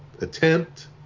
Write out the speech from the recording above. attempt